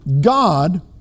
God